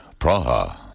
Praha